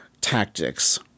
tactics